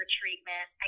treatment